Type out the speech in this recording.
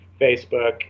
Facebook